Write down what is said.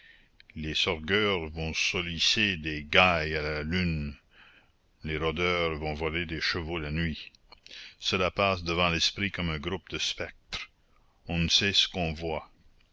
les sorgueurs vont sollicer des gails à la lune les rôdeurs vont voler des chevaux la nuit cela passe devant l'esprit comme un groupe de spectres on ne sait ce qu'on voit